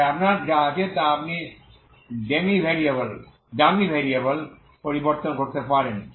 তাই আপনার যা আছে তা এখন আপনি ডামি ভেরিয়েবল পরিবর্তন করতে পারেন